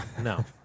no